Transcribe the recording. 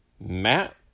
Matt